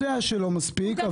אני יודע שלא מספיק,